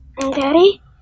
Daddy